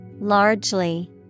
Largely